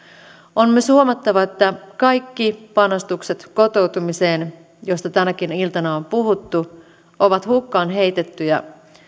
on myös huomattava että kaikki panostukset kotoutumiseen josta tänäkin iltana on puhuttu ovat hukkaan heitettyjä